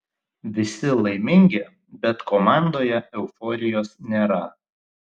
visi laimingi bet komandoje euforijos nėra